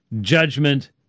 judgment